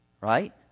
right